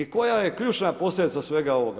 I koja je ključna posljedica svega ovoga?